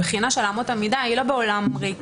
הבחינה של אמות המידה היא לא בעולם קריטי.